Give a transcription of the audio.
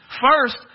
First